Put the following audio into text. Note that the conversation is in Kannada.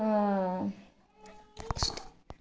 ಅಷ್ಟೆ